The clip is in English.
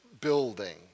building